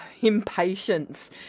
impatience